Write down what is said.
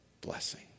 blessing